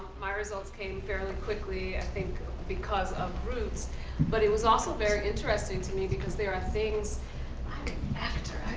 my results came fairly quickly. i think because of roots but it was also very interesting to me because there are things actor,